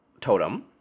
Totem